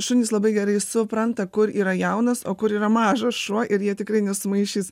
šunys labai gerai supranta kur yra jaunas o kur yra mažas šuo ir jie tikrai nesumaišys